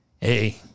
Hey